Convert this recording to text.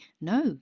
no